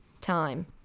time